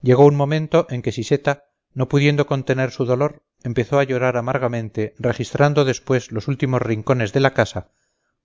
llegó un momento en que siseta no pudiendo contener su dolor empezó a llorar amargamente registrando después los últimos rincones de la casa